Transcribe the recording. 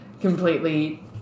completely –